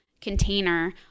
container